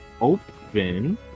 Open